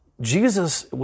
Jesus